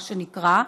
מה שנקרא,